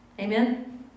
Amen